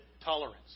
tolerance